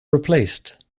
replaced